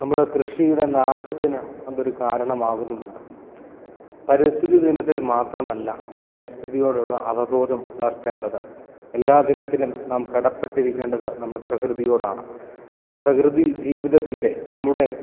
നമ്മുടെ കൃഷിയുടെ നാശത്തിന് അതൊരു കാരണമാകുന്നുമു ണ്ട് പരിസ്ഥിതി ദിനത്തിൽ മാത്രമല്ല പരിസ്ഥിതിയോടുള്ള അവബോധം വളർത്തേണ്ടത് എല്ലാദിനത്തിലും നാം കടപ്പെട്ടിരിക്കേണ്ടത് നമ്മൾ പ്രകൃതിയോടാണ് നമ്മുടെ പ്രകൃതി ജീവിതത്തിൻറെ നമ്മുടെ